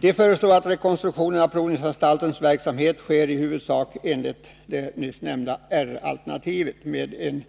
De föreslår att rekonstruktionen av provningsanstaltens verksamhet sker i huvudsak enligt det nyss nämnda R-alternativet, dvs.